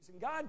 God